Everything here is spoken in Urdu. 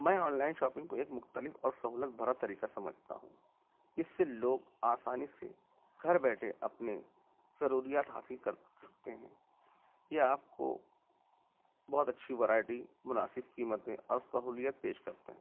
میں آن لائن شاپنگ کو ایک مختلف اور سہولت بھرا طریقہ سمجھتا ہوں اس سے لوگ آسانی سے گھر بیٹھے اپنی ضروریات حاصل کر سکتے ہیں یہ آپ کو بہت اچھی ورائٹی مناسب قیمتیں اور سہولیت پیش کرتے ہیں